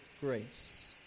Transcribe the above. grace